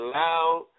loud